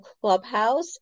clubhouse